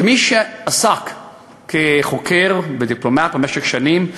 כמי שעסק כחוקר ודיפלומט במשך שנים,